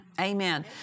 Amen